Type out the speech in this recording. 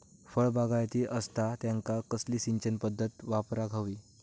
फळबागायती असता त्यांका कसली सिंचन पदधत वापराक होई?